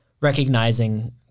recognizing